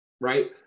right